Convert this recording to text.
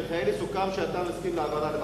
סוכם שאתה מסכים להעברה לוועדה.